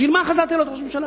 בשביל מה חזרת להיות ראש ממשלה?